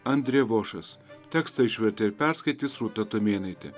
andrė vošas tekstą išvertė ir perskaitys rūta tumėnaitė